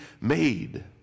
made